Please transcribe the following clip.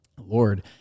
Lord